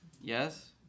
Yes